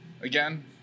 Again